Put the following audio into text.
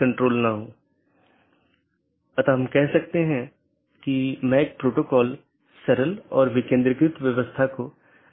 क्योंकि पूर्ण मेश की आवश्यकता अब उस विशेष AS के भीतर सीमित हो जाती है जहाँ AS प्रकार की चीज़ों या कॉन्फ़िगरेशन को बनाए रखा जाता है